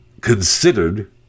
considered